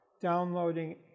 downloading